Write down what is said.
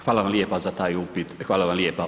Hvala vam lijepa za taj upit, hvala vam lijepa.